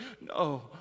No